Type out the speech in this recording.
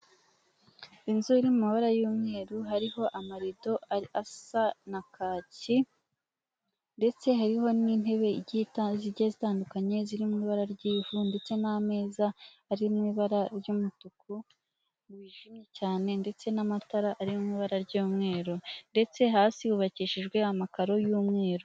Inzu iri mu mabara y'umweru hariho amarido asa na kaki, ndetse hariho n'intebe zigiye zitandukanye ziririmo ibara ry'ivu ndetse n'ameza ari mu ibara ry'umutuku wijimye cyane, ndetse n'amatara ari mu ibara ry'umweru ndetse hasi hubakishijwe amakaro y'umweru.